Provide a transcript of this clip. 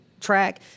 track